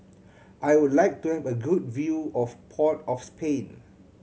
I would like to have a good view of Port of Spain